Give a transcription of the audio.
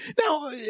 Now